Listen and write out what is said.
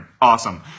awesome